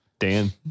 Dan